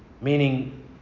meaning